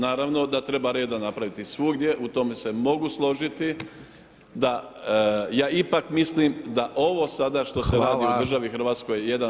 Naravno da treba reda napraviti svugdje u tome se mogu složiti da ja ipak mislim da ovo sada što se radi [[Upadica: Hvala.]] u državi Hrvatskoj jedan red.